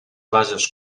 bases